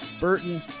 Burton